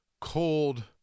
cold